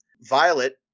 Violet